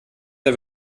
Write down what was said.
der